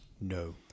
No